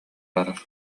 барар